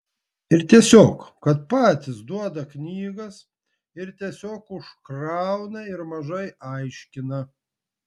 ir tiesiog kad patys duoda knygas ir tiesiog užkrauna ir mažai aiškina